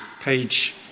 page